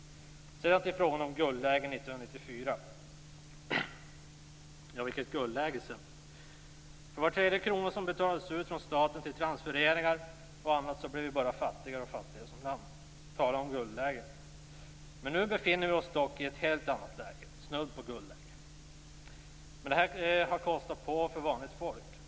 Sedan till frågan om guldläget 1994. Vilket guldläge! För var tredje krona som betalades av staten till transfereringar och annat blev vi bara fattigare och fattigare som land. Tala om guldläge! Nu befinner vi oss dock i ett helt annat läge, snudd på ett guldläge. Det här har kostat på för vanligt folk.